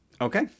Okay